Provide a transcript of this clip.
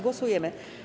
Głosujemy.